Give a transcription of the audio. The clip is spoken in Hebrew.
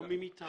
או מי מטעמם.